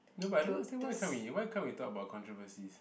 no but I don't understand why can't we why can't we talk about controversies